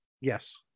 Yes